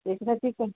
एकदाचीच आहे